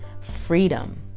freedom